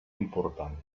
important